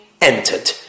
entered